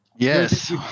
Yes